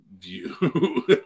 view